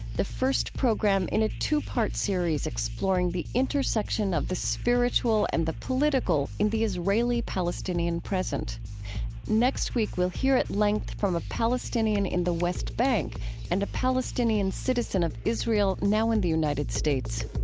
the first program in a two-part series exploring the intersection of the spiritual and the political in the israeli-palestinian present next week, we'll hear at length from a palestinian in the west bank and a palestinian citizen of israel now in the united states